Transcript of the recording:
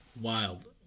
Wild